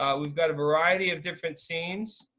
um we've got a variety of different scenes.